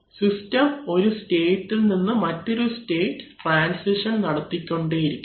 system ഒരു state നിന്ന് മറ്റൊരു സ്റ്റേറ്റ് ട്രാൻസിഷൻ നടത്തിക്കൊണ്ടിരിക്കുന്നു